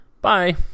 Bye